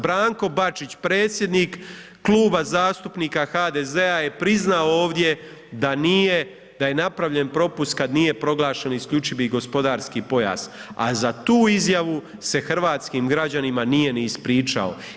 Branko Bačić predsjednik Kluba zastupnika HDZ-a je priznao ovdje da nije, da je napravljen propust kada nije proglašen isključivi gospodarski pojas, a za tu izjavu se hrvatskim građanima nije ni ispričao.